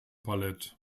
palette